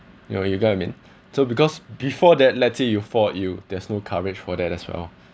you know you got what I mean so because before that let say you fault you there's no coverage for that as well